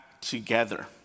together